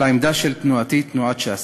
לעמדה של תנועתי, תנועת ש"ס.